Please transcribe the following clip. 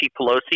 Pelosi